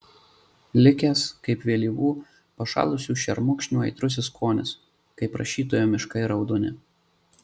likęs kaip vėlyvų pašalusių šermukšnių aitrusis skonis kaip rašytojo miškai raudoni